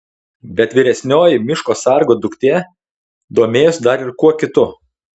bet vyresnioji miško sargo duktė domėjosi dar ir kuo kitu